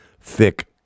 thick